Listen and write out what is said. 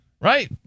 Right